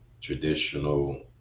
traditional